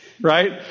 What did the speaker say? right